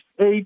eight